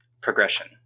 progression